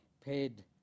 paid